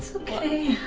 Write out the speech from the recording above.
ok.